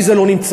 זה לא נמצא.